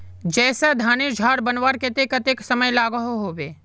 जैसे धानेर झार बनवार केते कतेक समय लागोहो होबे?